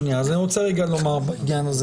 אז אני רוצה לומר משהו לעניין הזה